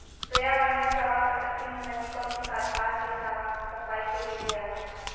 पर्यावरणीय प्रवाह प्रकृति ने नदी को अपने कछार के साफ़ सफाई के लिए दिया है